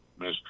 mr